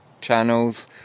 channels